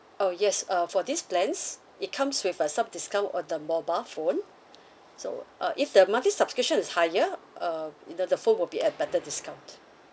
orh yes uh for this plans it comes with uh some discount of the mobile phone so uh if the monthly subscription is higher um i~ the the phone will be at better discount